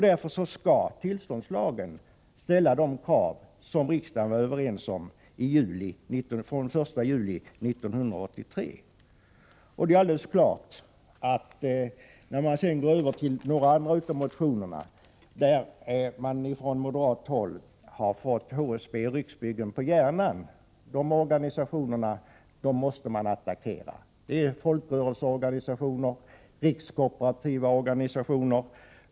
Därför skall de krav som riksdagen var överens om skulle gälla fr.o.m. den 1 juli 1983 ställas i tillståndslagen. När det gäller de andra motionerna är det alldeles klart att man från moderat håll har fått HSB och Riksbyggen på hjärnan — dessa organisationer, folkrörelseorganisationer och kooperativa organisationer, måste man attackera.